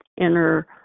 inner